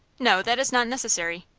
no, that is not necessary.